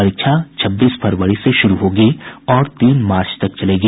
परीक्षा छब्बीस फरवरी से शुरू होगी और तीन मार्च तक चलेगी